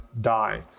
die